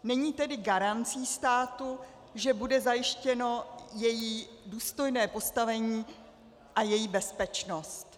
Není tedy garancí státu, že bude zajištěno její důstojné postavení a její bezpečnost.